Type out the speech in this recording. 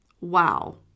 Wow